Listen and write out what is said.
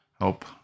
Help